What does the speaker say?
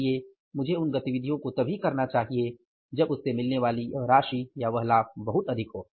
इसलिए मुझे उन गतिविधियों को तभी करना चाहिए जब उससे मिलने वाली वह राशि या वह लाभ बहुत अधिक है